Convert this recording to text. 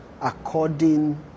according